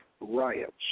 riots